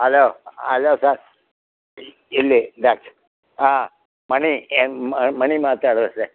hello hello sir ಇಲ್ಲಿ ಇದಕ್ಕೆ ಹಾಂ ಮಣಿ ಮಣಿ ಮಾತಾಡೋದು ಸರ್